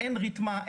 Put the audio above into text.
אין רתמה,